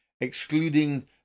excluding